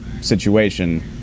situation